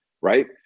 right